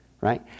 right